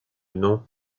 nom